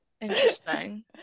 Interesting